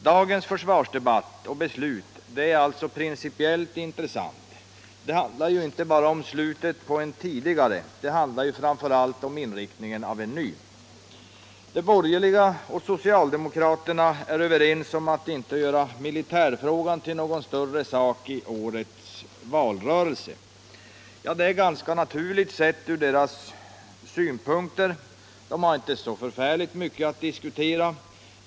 Dagens försvarsdebatt och beslut är alltså av principiellt intresse. Det handlar inte bara om slutet på en tidigare period, det handlar framför allt om inriktningen av en ny. De borgerliga och socialdemokraterna är överens om att inte göra militärfrågan till någon större sak i årets valrörelse. Det är ganska naturligt sett ur deras synpunkter. De har inte så förfärligt mycket att diskutera.